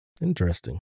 Interesting